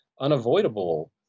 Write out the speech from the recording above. unavoidable